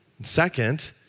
Second